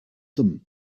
them